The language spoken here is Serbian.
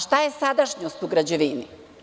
Šta je sadašnjost u građevini?